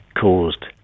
caused